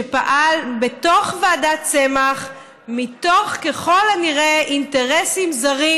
שפעל בתוך ועדת צמח ככל הנראה מתוך אינטרסים זרים,